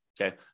okay